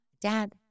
dad